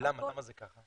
--- למה זה ככה?